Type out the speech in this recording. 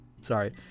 Sorry